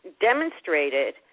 Demonstrated